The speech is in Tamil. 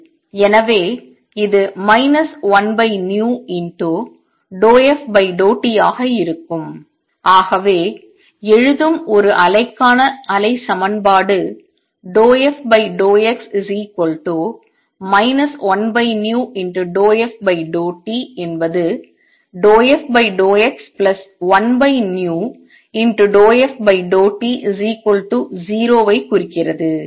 எனவே இது 1v∂f∂t ஆக இருக்கும் ஆகவே எழுதும் ஒரு அலைக்கான அலை சமன்பாடு ∂f∂x 1v∂f∂t என்பது ∂f∂x1v∂f∂t0 ஐக் குறிக்கிறது